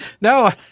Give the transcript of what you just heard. no